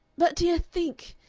but, dear, think!